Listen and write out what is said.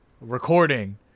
recording